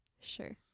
Sure